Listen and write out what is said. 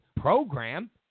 program